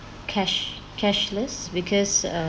cash cashless because um